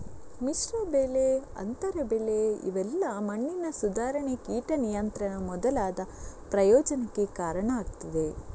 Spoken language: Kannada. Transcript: ಮಿಶ್ರ ಬೆಳೆ, ಅಂತರ ಬೆಳೆ ಇವೆಲ್ಲಾ ಮಣ್ಣಿನ ಸುಧಾರಣೆ, ಕೀಟ ನಿಯಂತ್ರಣ ಮೊದಲಾದ ಪ್ರಯೋಜನಕ್ಕೆ ಕಾರಣ ಆಗ್ತದೆ